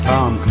Tom